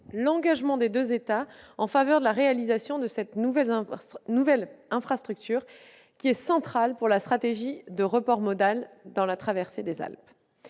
l'engagement des deux États en faveur de la réalisation de cette nouvelle infrastructure, qui est centrale pour la stratégie de report modal dans la traversée des Alpes.